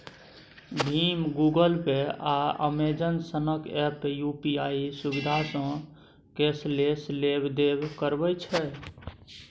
भीम, Google Pay, आ Amazon सनक app UPI सुविधासँ कैशलेस लेब देब करबै छै